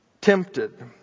Tempted